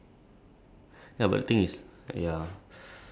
so you reach home about one twenty